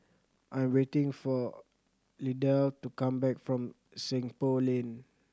I am waiting for Idell to come back from Seng Poh Lane